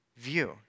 view